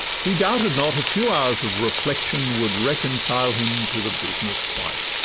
he doubted not a few hours of reflection would reconcile him to the business quite